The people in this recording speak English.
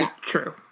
true